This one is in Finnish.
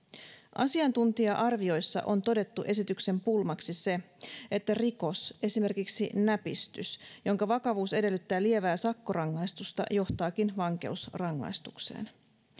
asiantuntija arvioissa on todettu esityksen pulmaksi se että rikos esimerkiksi näpistys jonka vakavuus edellyttää lievää sakkorangaistusta johtaakin vankeusrangaistukseen